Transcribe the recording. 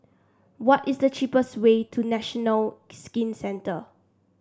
what is the cheapest way to National Skin Centre